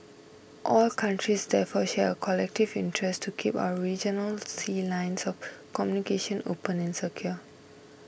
all countries therefore share a collective interest to keep our regional sea lines of communication open and secure